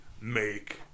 make